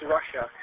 Russia